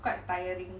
quite tiring